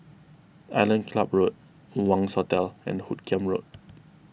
Island Club Road Wangz Hotel and Hoot Kiam Road